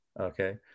okay